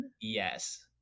Yes